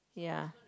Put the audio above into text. ya